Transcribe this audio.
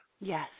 Yes